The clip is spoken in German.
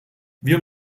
wir